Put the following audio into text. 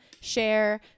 share